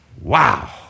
Wow